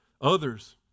others